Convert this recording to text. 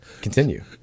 continue